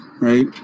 right